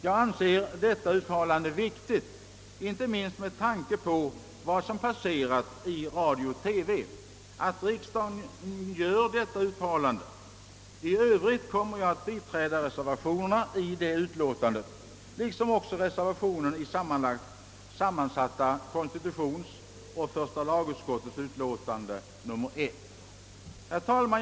Jag anser det värdefullt, inte minst med tanke på vad som passerat i radio och TV, att riksdagen gör detta uttalande. I övrigt kommer jag att biträda reservationerna till detta utlåtande liksom också reservationen till sammansatta konstitutionsoch första lagutskottets utlåtande nr 1. Herr talman!